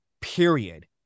period